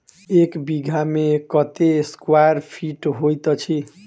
एक बीघा मे कत्ते स्क्वायर फीट होइत अछि?